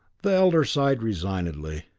the elder sighed resignedly.